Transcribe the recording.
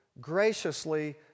graciously